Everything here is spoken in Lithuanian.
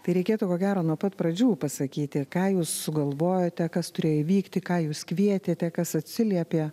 tai reikėtų ko gero nuo pat pradžių pasakyti ką jūs sugalvojote kas turėjo įvykti ką jūs kvietėte kas atsiliepė